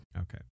Okay